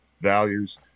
values